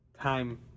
Time